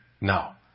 Now